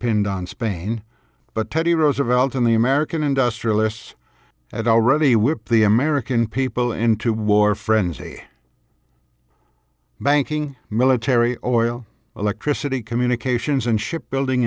pinned on spain but teddy roosevelt and the american industrialists had already whipped the american people into war frenzy banking military oil electricity communications and shipbuilding